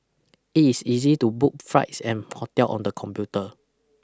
it is easy to book flights and hotels on the computer